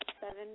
seven